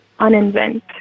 Uninvent